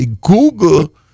Google